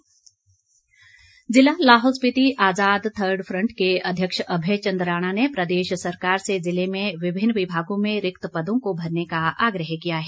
ज्ञापन ज़िला Lahaul Spiti Azad third front के अध्यक्ष अभय चंद राणा ने प्रदेश सरकार से ज़िले में विभिन्न विभागों में रिक्त पदों को भरने का आग्रह किया है